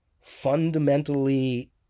fundamentally